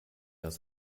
aus